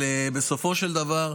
בסופו של דבר,